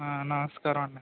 నమస్కారం అండి